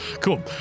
Cool